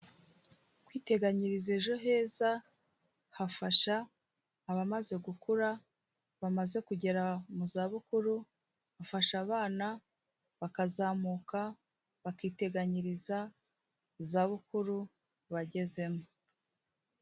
Kwiteganyiriza ejo heza hafasha abamaze gukura, bamaze kugera mu zabukuru, bafasha abana bakazamuka, bakiteganyiriza izabukuru bagezemo.